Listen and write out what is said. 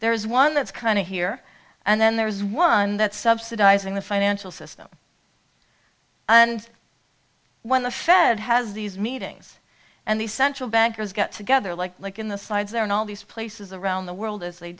there is one that's kind of here and then there's one that subsidizing the financial system and when the fed has these meetings and these central bankers get together like like in the sides they're in all these places around the world as they